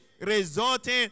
resulting